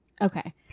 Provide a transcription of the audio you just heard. Okay